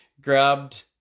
grabbed